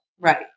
Right